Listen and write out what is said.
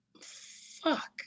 fuck